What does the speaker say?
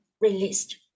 released